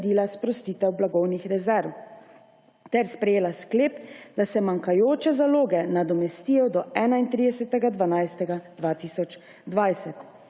sprostitev blagovnih rezerv ter sprejela sklep, da se manjkajoče zaloge nadomestijo do 31. 12. 2020.